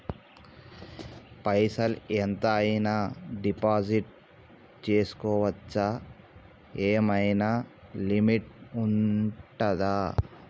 పైసల్ ఎంత అయినా డిపాజిట్ చేస్కోవచ్చా? ఏమైనా లిమిట్ ఉంటదా?